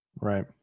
Right